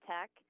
Tech